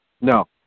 No